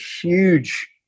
huge